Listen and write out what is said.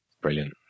Brilliant